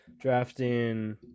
drafting